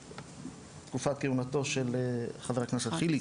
בתקופת כהונתו של חבר הכנסת חילי,